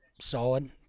solid